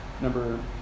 number